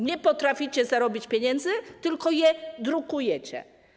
Nie potraficie zarobić pieniędzy, tylko je drukujecie.